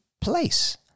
place